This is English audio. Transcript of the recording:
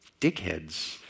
dickheads